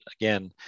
again